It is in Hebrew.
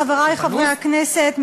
חברי חברי הכנסת,